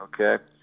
okay